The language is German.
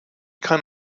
kann